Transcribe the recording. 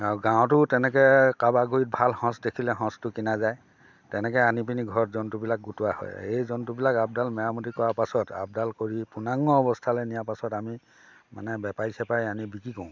আৰু গাঁৱতো তেনেকৈ কাৰোবাৰ গুৰিত ভাল সঁচ দেখিলে সঁচটো কিনা যায় তেনেকৈ আনি পিনে ঘৰত জন্তুবিলাক গোটোৱা হয় এই জন্তুবিলাক আপদাল মেৰামতি কৰাৰ পাছত আপদাল কৰি পূৰ্ণাংগ অৱস্থালৈ নিয়াৰ পাছত আমি মানে বেপাৰী চেপাৰী আনি বিক্ৰী কৰোঁ